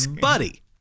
buddy